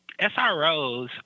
SROs